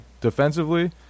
Defensively